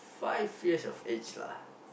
five years of age lah